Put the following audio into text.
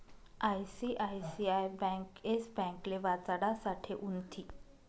ICICI bank Yes ब्यांकले वाचाडासाठे उनथी